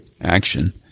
action